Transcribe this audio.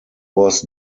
was